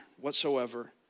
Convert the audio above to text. whatsoever